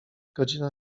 godzina